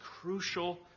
crucial